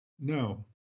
No